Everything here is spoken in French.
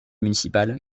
municipale